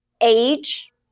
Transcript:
age